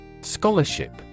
Scholarship